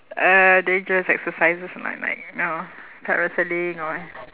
uh dangerous exercises like like know parasailing or what